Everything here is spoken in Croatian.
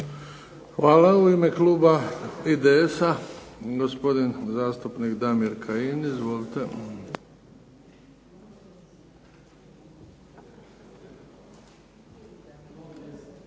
Hvala. U ime kluba IDS-a gospodin zastupnik Damir Kajin. Izvolite.